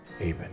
Amen